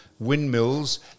windmills